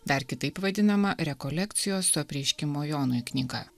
dar kitaip vadinama rekolekcijos su apreiškimo jonui knyga